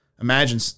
imagine